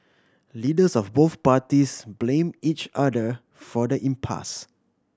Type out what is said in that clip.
leaders of both parties blame each other for the impasse